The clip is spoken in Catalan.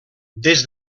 des